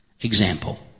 example